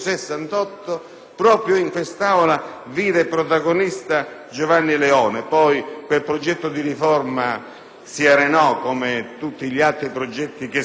proprio in quest'Aula vide protagonista Giovanni Leone. Poi quel progetto si arenò, come tutti gli altri progetti che seguirono,